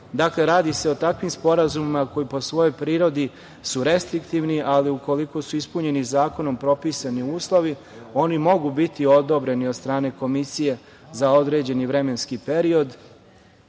Dakle, radi se o takvim sporazumima koji po svojoj prirodi su restriktivni, ali ukoliko su ispunjeni zakonom propisani uslovi, oni mogu biti odobreni od strane komisije za određeni vremenski period,